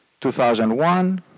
2001